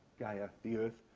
gaia, the earth,